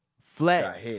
flat